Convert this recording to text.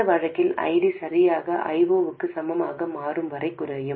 இந்த வழக்கில் ID சரியாக I0 க்கு சமமாக மாறும் வரை குறையும்